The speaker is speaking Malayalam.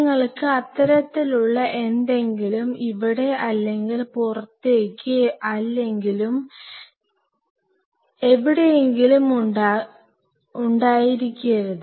നിങ്ങൾക്ക് അത്തരത്തിലുള്ള എന്തെങ്കിലും ഇവിടെ അല്ലെങ്കിൽ പുറത്തേക്ക് അല്ലെങ്കിൽ എവിടെയെങ്കിലും ഉണ്ടായിരിക്കരുത്